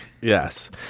Yes